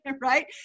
right